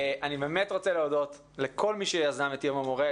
אני באמת רוצה להודות לכל מי שיזם את יום המורה,